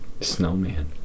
Snowman